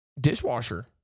dishwasher